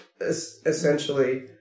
essentially